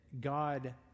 God